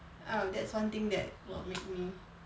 err that's one thing that will make me